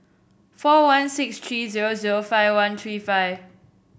four one six three zero zero five one three five